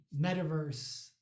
metaverse